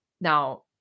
now